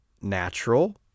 natural